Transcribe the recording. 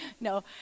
No